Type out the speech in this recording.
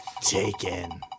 Taken